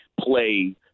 play